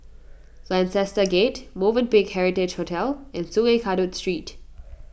Lancaster Gate Movenpick Heritage Hotel and Sungei Kadut Street